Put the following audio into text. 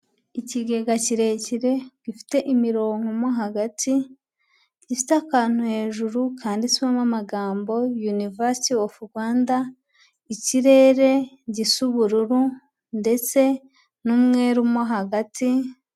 Ikigega kirekire gifite imironko mo hagati, gifite akantu hejuru kanditswemo amagambo University of Rwanda, ikirere gisa ubururu ndetse n'umweru mo hagati.